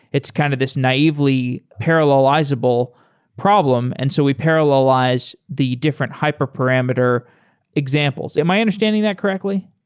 it's kind of this naively parallelizable problem. and so we parallelize the different hyperparameter examples. am i understanding that correctly?